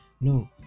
No